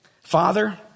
Father